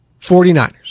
49ers